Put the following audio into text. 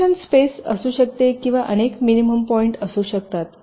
solution space असू शकते किंवा अनेक मिनिमम पॉईंट असू शकतात